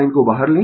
sin को बाहर लें